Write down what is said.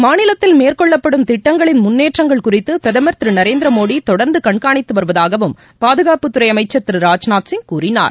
மாநிலத்தில் மேற்கொள்ளப்படும் திட்டங்களின் முன்னேற்றங்கள் குறித்து பிரதமர் திரு நரேந்திர மோடி தொடர்ந்து கண்காணித்து வருவதாகவும் பாதுகாப்புத்துறை அமைச்சர் திர ராஜ்நாத் சிங் கூறினார்